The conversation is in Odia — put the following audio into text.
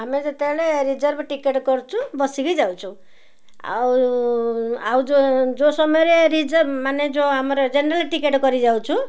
ଆମେ ଯେତେବେଳେ ରିଜର୍ଭ ଟିକେଟ୍ କରୁଛୁ ବସିକି ଯାଉଛୁ ଆଉ ଆଉ ଯେଉଁ ଯେଉଁ ସମୟରେ ରିଜର୍ଭ ମାନେ ଯେଉଁ ଆମର ଜେନେରାଲ୍ ଟିକେଟ୍ କରି ଯାଉଛୁ